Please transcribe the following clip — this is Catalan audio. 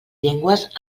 llengües